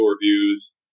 reviews